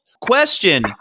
Question